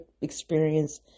experience